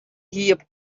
hie